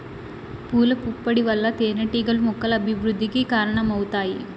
పూల పుప్పొడి వల్ల తేనెటీగలు మొక్కల అభివృద్ధికి కారణమవుతాయి